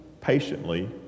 patiently